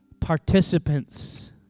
participants